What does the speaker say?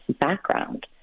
background